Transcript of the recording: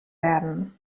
werden